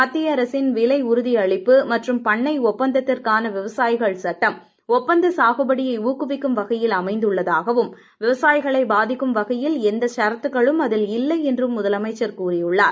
மத்திய அரசின் விலை உறுதியளிப்பு மற்றும் பண்ணை ஒப்பந்தத்திற்கான விவசாயிகள் சட்டம் ஒப்பந்த சாகுபடியை ஊக்கவிக்கும் வகையில் அமைந்துள்ளதாகவும் விவசாயிகளை பாதிக்கும் வகையில் எந்த ஷரத்துக்களும் அதில் இல்லை என்றும் முதலமைச்சர் கூறியுள்ளார்